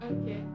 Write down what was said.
Okay